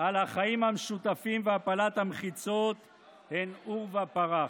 על החיים המשותפים והפלת המחיצות הן עורבא פרח.